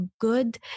good